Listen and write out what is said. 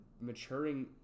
maturing